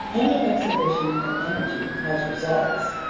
any exhibition of energy has results.